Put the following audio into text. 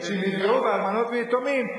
שאם יפגעו באלמנות ויתומים,